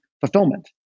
fulfillment